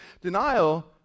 Denial